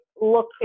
look